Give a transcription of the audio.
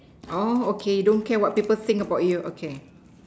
oh okay don't care what people think about you okay